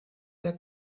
der